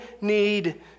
need